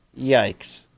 Yikes